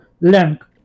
length